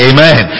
Amen